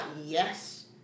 yes